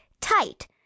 tight